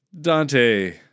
Dante